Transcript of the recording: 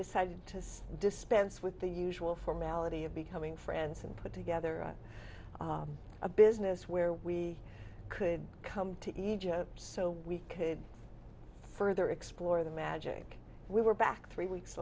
decided to dispense with the usual formality of becoming friends and put together a business where we could come to egypt so we could further explore the magic we were back three weeks